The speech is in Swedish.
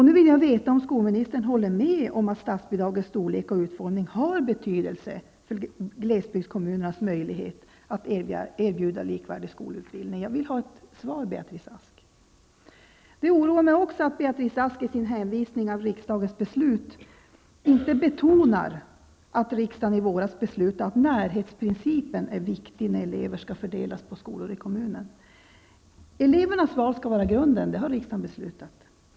Nu vill jag veta om skolministern håller med om att statsbidragets storlek och utformning har betydelse för glesbygdskommunernas möjligheter att erbjuda likvärdig skolutbildning. Jag vill ha ett svar, Det oroar mig också att Beatrice Ask i sin hänvisning till riksdagens beslut inte betonar att riksdagen i våras beslutade att närhetsprincipen är viktig när elever skall fördelas på skolor i kommunen. Elevens val skall vara grunden. Det har riksdagen beslutat.